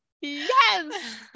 Yes